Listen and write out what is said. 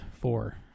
four